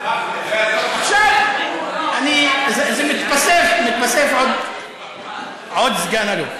עכשיו מתווסף עוד סגן-אלוף.